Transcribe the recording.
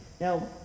Now